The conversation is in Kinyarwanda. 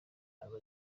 aba